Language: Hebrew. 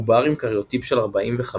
עובר עם קריוטיפ של 45YO